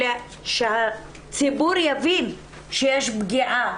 שהציבור יבין שיש פגיעה,